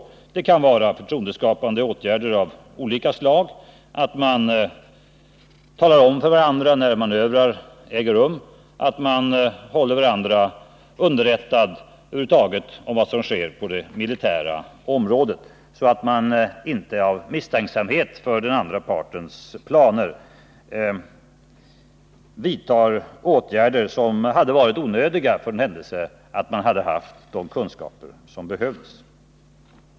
De förtroendeskapande åtgärderna kan vara av olika slag. Som exempel kan nämnas att man talar om för varandra när manövrar av en viss omfattning äger rum och att man i övrigt håller varandra underrättade om vad som sker på det militära området. Ofta är det ju misstänksamhet beträffande den andra partens planer som gör att åtgärder vidtas som hade varit onödiga med bättre kunskaper.